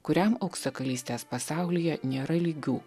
kuriam auksakalystės pasaulyje nėra lygių